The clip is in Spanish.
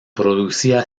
producía